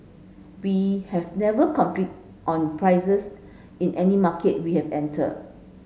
we have never competed on prices in any market we have entered